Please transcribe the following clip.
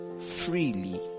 freely